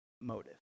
motive